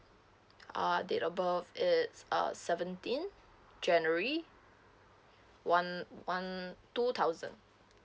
uh date of birth is uh seventeen january one one two thousand